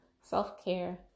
self-care